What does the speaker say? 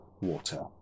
water